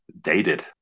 dated